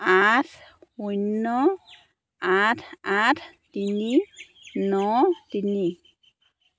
আঠ শূন্য আঠ আঠ তিনি ন তিনি